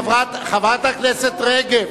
חברת הכנסת רגב,